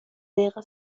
دقیقه